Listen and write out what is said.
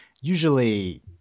usually